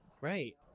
Right